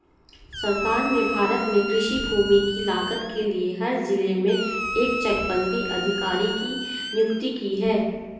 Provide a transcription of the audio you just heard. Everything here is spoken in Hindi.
सरकार ने भारत में कृषि भूमि की लागत के लिए हर जिले में एक चकबंदी अधिकारी की नियुक्ति की है